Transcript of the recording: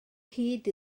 hyd